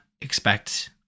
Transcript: expect